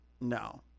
No